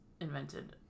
invented